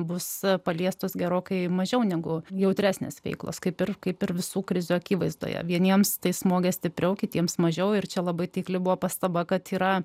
bus paliestos gerokai mažiau negu jautresnės veiklos kaip ir kaip ir visų krizių akivaizdoje vieniems tai smogė stipriau kitiems mažiau ir čia labai taikli buvo pastaba kad yra